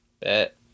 bet